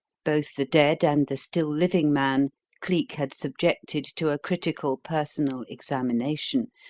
both the dead and the still living man cleek had subjected to a critical personal examination,